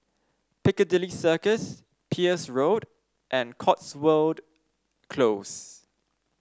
Piccadilly Circus Peirce Road and Cotswold Close